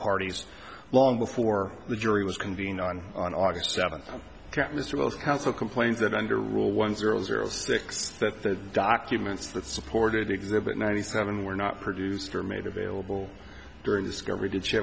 parties long before the jury was convened on august seventh mr wells counsel complains that under rule one zero zero six the documents that supported exhibit ninety seven were not produced or made available during discovery did she